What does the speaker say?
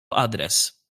adres